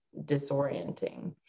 disorienting